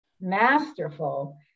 masterful